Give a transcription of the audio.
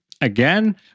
Again